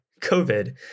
COVID